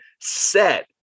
set